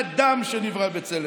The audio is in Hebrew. חביב אדם שנברא בצלם.